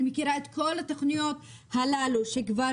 אני מכיר את כל התוכניות הללו שכבר